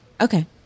Okay